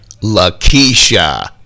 LaKeisha